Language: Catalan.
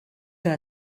que